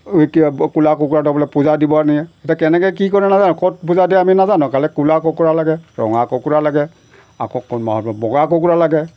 ক'লা কুকুৰাটো বোলে পূজা দিব নিয়ে এতিয়া কেনেকৈ কি কৰে নাজানো ক'ত পূজা দিয়ে আমি নাজানো খালি ক'লা কুকুৰা লাগে ৰঙা কুকুৰা লাগে আকৌ কোন মাহত বগা কুকুৰা লাগে